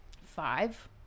five